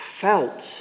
felt